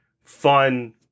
fun